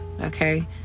okay